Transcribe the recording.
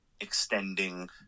extending